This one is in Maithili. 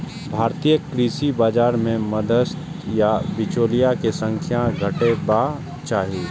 भारतीय कृषि बाजार मे मध्यस्थ या बिचौलिया के संख्या घटेबाक चाही